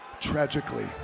tragically